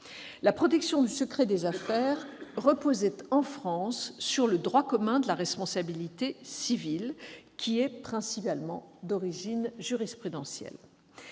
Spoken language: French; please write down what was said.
La protection du secret des affaires reposait en France sur le droit commun de la responsabilité civile, qui est principalement d'origine jurisprudentielle.